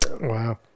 Wow